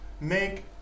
make